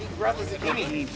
you need